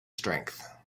strength